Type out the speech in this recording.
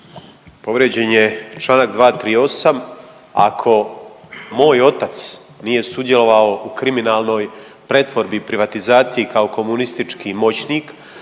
Povrijeđen je čl. 238., ako moj otac nije sudjelovao u kriminalnoj pretvorbi i privatizaciji kao komunistički moćnik,